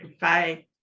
Bye